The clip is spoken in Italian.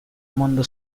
mondo